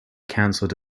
canceled